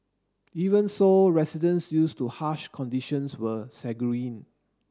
even so residents used to harsh conditions were sanguine